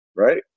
Right